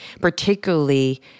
particularly